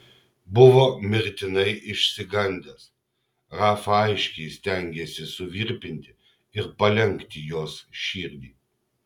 buvo mirtinai išsigandęs rafa aiškiai stengėsi suvirpinti ir palenkti jos širdį